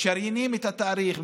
משריינים את התאריך,